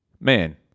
man